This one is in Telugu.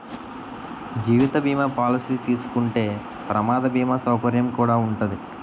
జీవిత బీమా పాలసీ తీసుకుంటే ప్రమాద బీమా సౌకర్యం కుడా ఉంటాది